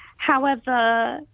however,